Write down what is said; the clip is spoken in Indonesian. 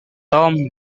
tom